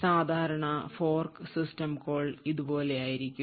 സാധാരണ fork system call ഇതുപോലെയായിരിക്കും